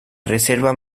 reserva